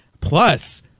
Plus